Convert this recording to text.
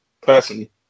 Personally